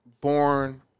born